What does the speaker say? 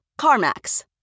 CarMax